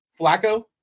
Flacco